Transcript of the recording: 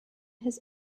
his